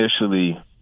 initially